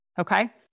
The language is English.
okay